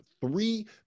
three